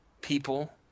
people